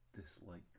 dislike